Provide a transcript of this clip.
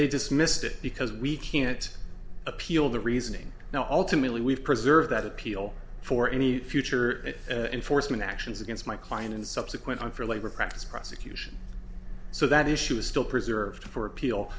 they dismissed it because we can't appeal the reasoning now ultimately we've preserve that appeal for any future and enforcement actions against my client and subsequent on for labor practice prosecution so that issue is still preserved for appeal